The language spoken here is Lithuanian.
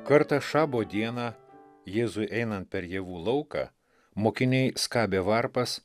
kartą šabo dieną jėzui einant per javų lauką mokiniai skabė varpas